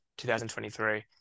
2023